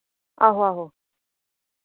आहो आहो